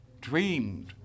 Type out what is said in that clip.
dreamed